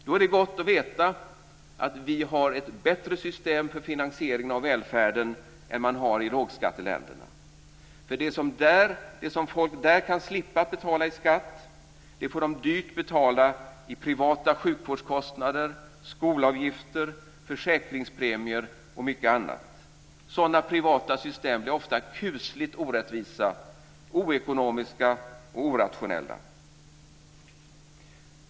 Då är det gott att veta att vi har ett bättre system för finansiering av välfärden än vad man har i lågskatteländerna. Det som folk där slipper att betala i skatt får de betala dyrt i sjukvårdskostnader, skolavgifter, försäkringspremier och annat. Sådana privata system är ofta kusligt orättvisa, oekonomiska och orationella.